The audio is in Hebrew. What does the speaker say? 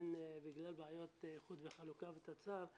עדיין בגלל בעיות איחוד וחלוקה ותצ"ר,